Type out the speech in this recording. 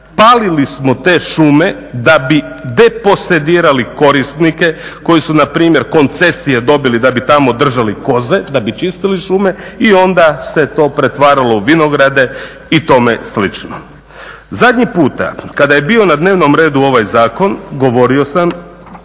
Palili smo te šume da bi deposedirali korisnike koji su na primjer koncesije dobili da bi tamo držali koze, da bi čistili šume i onda se to pretvaralo u vinograde i tome slično. Zadnji puta kada je bio na dnevnom redu ovaj zakon govorio sam,